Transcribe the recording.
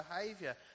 behavior